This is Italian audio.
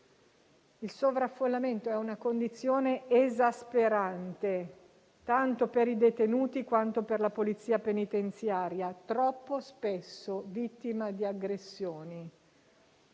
Il sovraffollamento è una condizione esasperante, tanto per i detenuti quanto per la polizia penitenziaria, troppo spesso vittima di aggressioni.